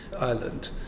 island